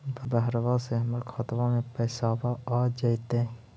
बहरबा से हमर खातबा में पैसाबा आ जैतय?